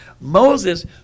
Moses